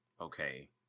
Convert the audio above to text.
okay